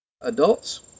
adults